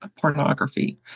pornography